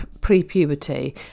pre-puberty